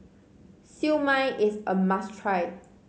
Siew Mai is a must try